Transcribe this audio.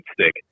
stick